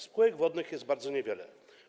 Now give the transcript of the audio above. Spółek wodnych jest bardzo niewiele.